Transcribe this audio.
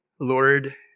Lord